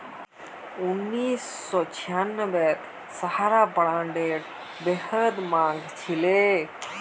उन्नीस सौ छियांबेत सहारा बॉन्डेर बेहद मांग छिले